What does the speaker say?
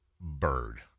Bird